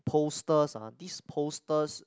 posters uh these posters